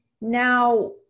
Now